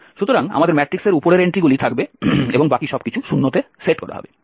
সুতরাং আমাদের ম্যাট্রিক্সের উপরের এন্ট্রিগুলি থাকবে এবং বাকি সবকিছু 0 তে সেট করা হবে